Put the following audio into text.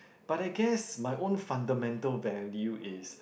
but I guess my own fundamental value is